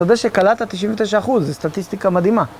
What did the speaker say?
אתה יודע שקלעת 99%, זו סטטיסטיקה מדהימה.